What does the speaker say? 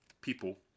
people